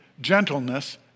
gentleness